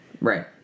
Right